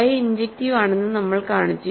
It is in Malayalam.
ഫൈ ഇൻജെക്റ്റീവ് ആണെന്ന് നമ്മൾ കാണിച്ചു